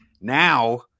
Now